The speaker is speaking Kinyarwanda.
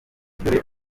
amwe